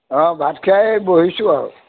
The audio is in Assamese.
অঁ ভাত খাই বহিছোঁ আৰু